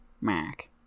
Mac